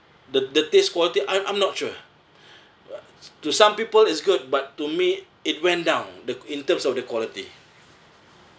the the taste quality I'm I'm not sure what to some people it's good but to me it went down the in terms of the quality